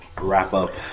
wrap-up